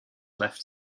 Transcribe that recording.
left